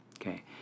okay